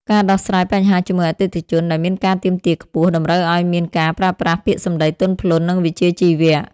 ការដោះស្រាយបញ្ហាជាមួយអតិថិជនដែលមានការទាមទារខ្ពស់ តម្រូវឱ្យមានការប្រើប្រាស់ពាក្យសម្ដីទន់ភ្លន់ និងវិជ្ជាជីវៈ។